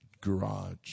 garage